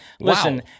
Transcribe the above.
listen